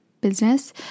business